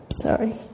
Sorry